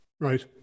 Right